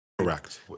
Correct